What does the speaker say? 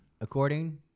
according